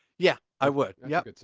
yeah, i would. yeah that's